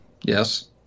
Yes